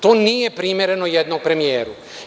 To nije primereno jednom premijeru.